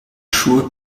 schuhe